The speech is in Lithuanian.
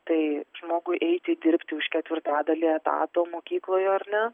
tai žmogui eiti dirbti už ketvirtadalį etato mokykloje ar ne